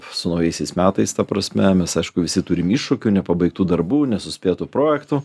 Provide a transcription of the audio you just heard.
su naujaisiais metais ta prasme mes aišku visi turime iššūkių nepabaigtų darbų nesuspėtų projektų